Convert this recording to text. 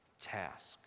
task